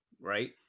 right